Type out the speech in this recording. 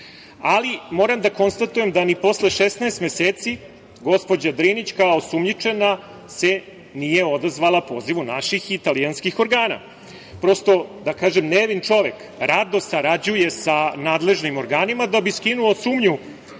ali moram da konstatujem da ni posle 16 meseci gospođa Drinić kao osumnjičena se nije odazvala pozivu naših i italijanskih organa. Prosto da kažem, nevin čovek rado sarađuje sa nadležnim organima da bi skinuo sumnju